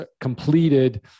completed